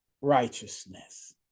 righteousness